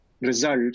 results